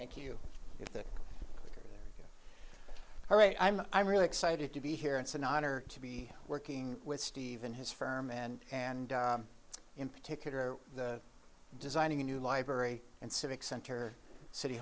thank you all right i'm i'm really excited to be here it's an honor to be working with steve in his firm and and in particular designing a new library and civic center city